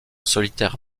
solitaire